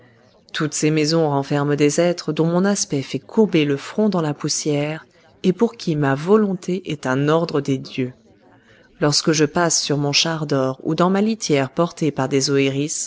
toutes ces maisons renferment des êtres dont mon aspect fait courber le front dans la poussière et pour qui ma volonté est un ordre des dieux lorsque je passe sur mon char d'or ou dans ma litière portée par des